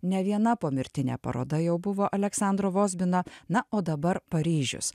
ne viena pomirtinė paroda jau buvo aleksandro vozbino na o dabar paryžius